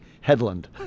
headland